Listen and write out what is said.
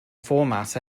format